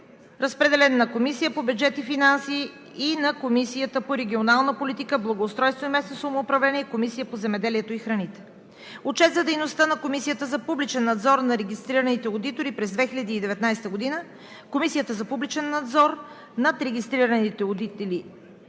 Разпределен е на Комисията по бюджет и финанси, Комисията по регионалната политика, благоустройство и местно самоуправление и Комисията по земеделието и храните. Отчет за дейността на Комисията за публичен надзор на регистрираните одитори през 2019 г. Вносител е Комисията за публичен надзор на регистрираните одитори.